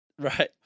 Right